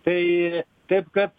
tai taip kad